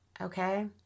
okay